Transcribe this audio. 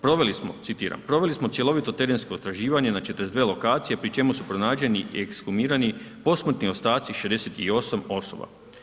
Proveli smo, citiram, proveli smo cjelovito terensko istraživanje na 42 lokacije pri čemu su pronađeni i ekshumirani posmrtni ostaci 68 osoba.